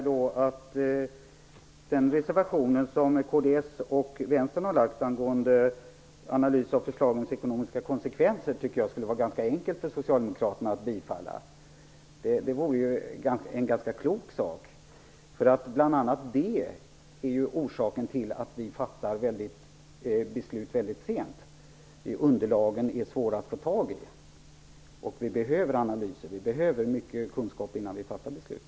Den reservation som kds och Vänstern har gjort angående analys av förslagens ekonomiska konsekvenser borde socialdemokraterna kunna bifalla ganska enkelt. Det vore en klok sak. Orsaken till att vi fattar beslut väldigt sent är ju bl.a. att underlagen är svåra att få tag i, och vi behöver mycket kunskap och analyser innan vi fattar beslut.